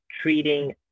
treating